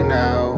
now